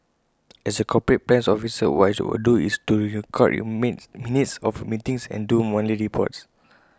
as A corporate plans officer what I would do is to record minutes of meetings and do monthly reports